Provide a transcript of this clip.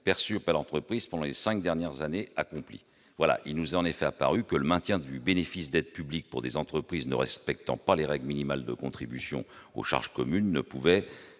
perçues par l'entreprise pendant les cinq dernières années accomplies. Il nous est en effet apparu que le maintien du bénéfice d'aides publiques pour des entreprises ne respectant pas les règles minimales de contribution aux charges communes ne pouvait